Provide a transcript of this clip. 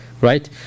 right